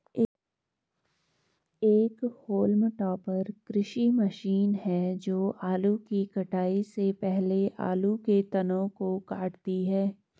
एक haulm topper कृषि machine है जो आलू की कटाई से पहले आलू के तनों को काटती है